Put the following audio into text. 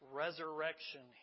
resurrection